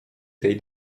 tej